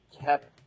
kept